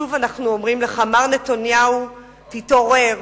שוב אנחנו אומרים לך, מר נתניהו: תתעורר.